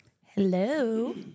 Hello